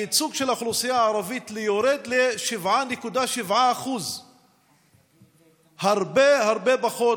הייצוג של האוכלוסייה הערבית יורד ל-7.7% הרבה הרבה פחות